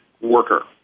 worker